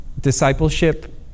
Discipleship